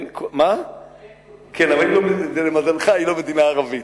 כן, אבל למזלך, היא לא מדינה ערבית.